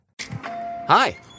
Hi